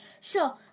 Sure